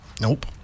Nope